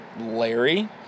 Larry